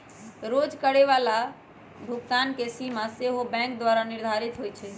रोज करए जाय बला भुगतान के सीमा सेहो बैंके द्वारा निर्धारित होइ छइ